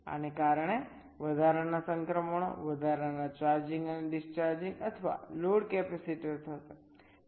આને કારણે વધારાના સંક્રમણો વધારાના ચાર્જિંગ અને ડિસ્ચાર્જિંગ અથવા લોડ કેપેસિટર થશે